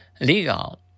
Legal